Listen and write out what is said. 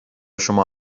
شما